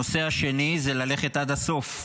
הנושא השני זה ללכת עד הסוף.